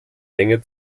länge